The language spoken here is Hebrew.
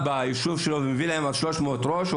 ביישוב שלו ומביא להם עוד 300 - 400 ראש.